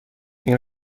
این